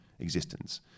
existence